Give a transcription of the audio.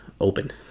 open